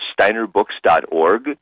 steinerbooks.org